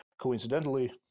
coincidentally